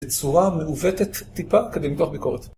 בצורה מעוותת טיפה, כדי למתוח ביקורת.